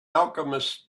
alchemist